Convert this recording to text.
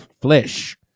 flesh